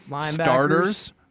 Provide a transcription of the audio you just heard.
starters